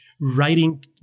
writing